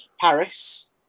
Paris